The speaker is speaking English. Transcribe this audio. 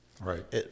Right